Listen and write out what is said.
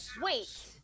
Wait